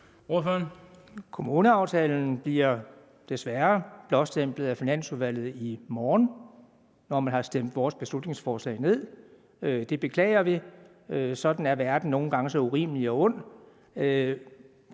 Aaen (EL): Kommuneaftalen bliver desværre blåstemplet af Finansudvalget i morgen, når man har stemt vores beslutningsforslag ned. Det beklager vi. Sådan er verden nogle gange så urimelig og ond,